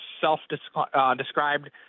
self-described